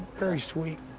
very sweet.